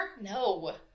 No